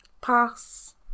Pass